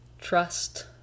trust